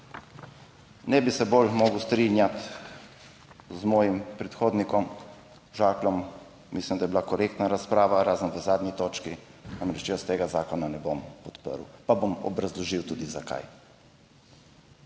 Ne bi se bolj mogel strinjati z mojim predhodnikom Žakljem, mislim, da je bila korektna razprava, razen v zadnji točki. Namreč jaz tega zakona ne bom podprl, pa bom obrazložil tudi zakaj.